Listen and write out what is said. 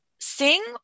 sing